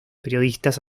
periodistas